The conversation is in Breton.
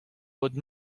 paotr